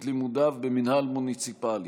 את לימודיו במינהל מוניציפלי.